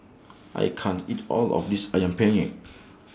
I can't eat All of This Ayam Penyet